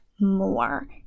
more